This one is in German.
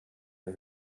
der